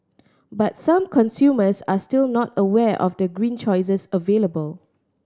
but some consumers are still not aware of the green choices available